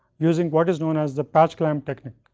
using what is known as the patch clamp technique.